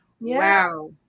Wow